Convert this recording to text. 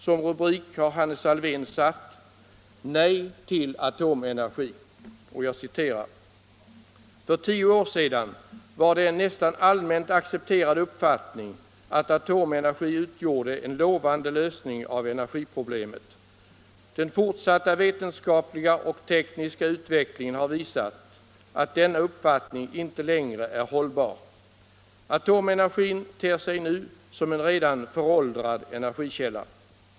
Som rubrik har Hannes Alfvén satt: ”Nej till atomenergin!” Uppropet lyder: ”För tio år sedan var det en nästan allmänt accepterad uppfattning att atomenergi utgjorde en lovande lösning av energiproblemet. Den fortsatta vetenskapliga och tekniska utvecklingen har visat att denna uppfattning icke längre är hållbar. Atomenergin ter sig nu som en redan föråldrad energikälla.